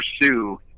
pursue